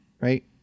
right